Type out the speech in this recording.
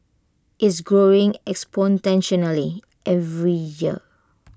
it's growing exponentially every year